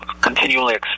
continually